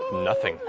nothing.